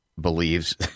believes